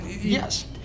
Yes